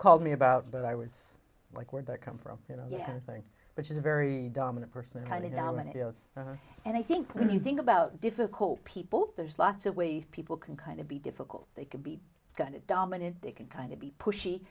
called me about but i was like where'd that come from you know which is very dominant person kind of dominoes and i think when you think about difficult people there's lots of ways people can kind of be difficult they can be kind of dominant they can kind of be pushy